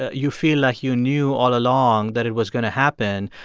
ah you feel like you knew all along that it was going to happen.